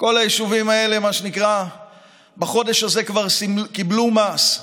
כל היישובים האלה, בחודש הזה כבר קיבלו מס,